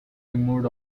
removed